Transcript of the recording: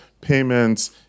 payments